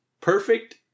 Perfect